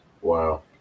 wow